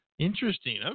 Interesting